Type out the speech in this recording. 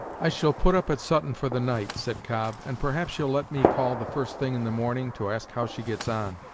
i shall put up at sutton for the night said cobb, and perhaps you'll let me call the first thing in the morning to ask how she gets on